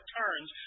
turns